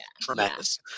tremendous